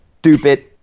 Stupid